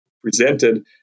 presented